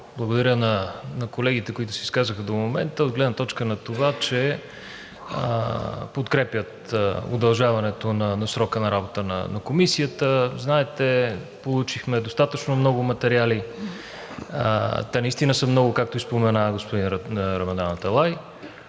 благодаря на колегите, които се изказаха до момента, от гледна точка на това, че подкрепят удължаването на срока на работа на Комисията. Знаете, получихме достатъчно много материали. Те наистина са много, както и спомена господин Рамадан Аталай,